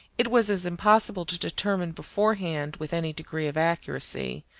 it was as impossible to determine beforehand, with any degree of accuracy,